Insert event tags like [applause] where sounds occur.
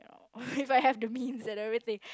[laughs] if I have the means and everything